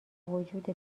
وجود